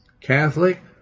Catholic